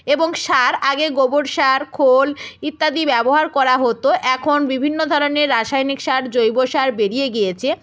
এবং সার আগে গোবর সার খোল ইত্যাদি ব্যবহার করা হতো এখন বিভিন্ন ধরনের রাসায়নিক সার জৈব সার বেরিয়ে গিয়েছে